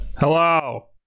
Hello